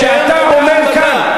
אז יבואו ויתבססו על דברים שאתה אומר כאן.